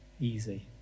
easy